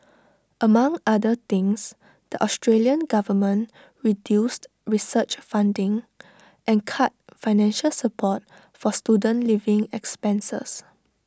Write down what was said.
among other things the Australian government reduced research funding and cut financial support for student living expenses